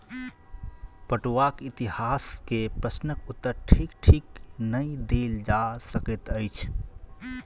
पटुआक इतिहास के प्रश्नक उत्तर ठीक ठीक नै देल जा सकैत अछि